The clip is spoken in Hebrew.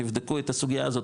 תבדקו את הסוגייה הזאת,